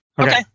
Okay